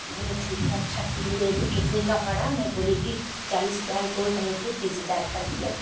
बोले ठीक है अच्छा की ले ली कितने का पड़ा मैं बोली की चालीस हज़ार बोल रहे थे तीस हज़ार का दिया